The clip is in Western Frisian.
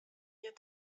hjir